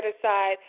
aside